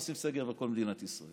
עושים סגר על כל מדינת ישראל,